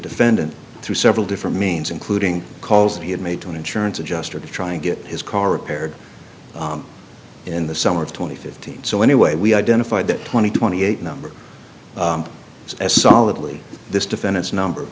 defendant through several different means including calls he had made to an insurance adjuster to try and get his car repaired in the summer of twenty fifteen so anyway we identified the twenty twenty eight number as solidly this defendant's number